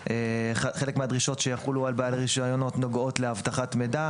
חלק מהדרישות שיחולו על בעלי רישיונות נוגעות לאבטחת מידע,